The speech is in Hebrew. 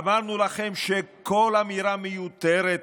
אמרנו לכם שכל אמירה מיותרת